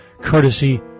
Courtesy